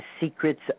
Secrets